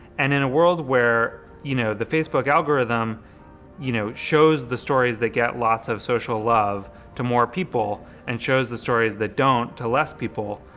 and in a world where you know the facebook algorithm you know shows the stories that get lots of social love to more people and shows the stories that don't to less people,